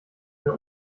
mir